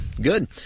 Good